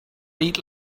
eat